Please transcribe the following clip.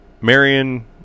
Marion